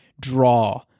draw